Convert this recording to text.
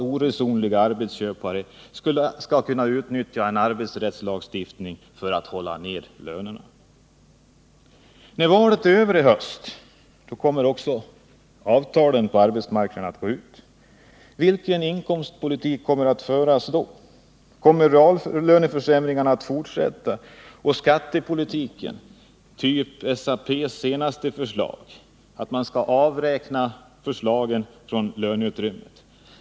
Oresonliga arbetsköpare skall inte kunna utnyttja arbetsrättslagstiftningen för att hålla nere lönerna. När valet är över i höst löper även avtalen på arbetsmarknaden ut. Vilken inkomstpolitik kommer att föras då? Kommer reallöneförsämringarna att fortsätta? Och hur blir det med skattepolitiken? Skall eventuella skattesänkningar — typ SAP:s senaste förslag — avräknas från löneutrymmet?